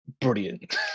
brilliant